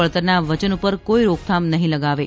વળતરના વચન પર કોઇ રોકનામ નહી લગાવશે